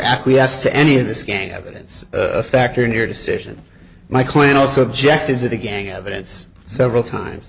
acquiesced to any of this gang evidence a factor in your decision my client also objected to the gang evidence several times